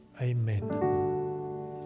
Amen